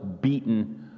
beaten